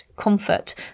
comfort